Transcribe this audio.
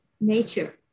nature